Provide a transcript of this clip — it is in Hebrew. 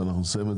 ואנחנו נסיים את